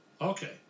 Okay